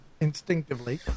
instinctively